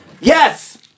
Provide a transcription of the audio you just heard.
Yes